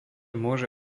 môže